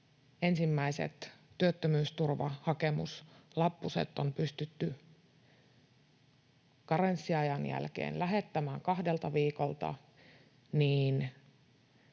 ensimmäiset työttömyysturvahakemuslappuset on pystytty karenssiajan jälkeen lähettämään kahdelta viikolta,